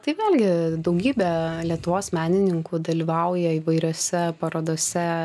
tai vėlgi daugybė lietuvos menininkų dalyvauja įvairiose parodose